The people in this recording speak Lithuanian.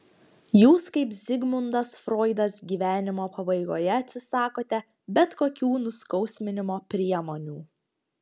jūs kaip zigmundas froidas gyvenimo pabaigoje atsisakote bet kokių nuskausminimo priemonių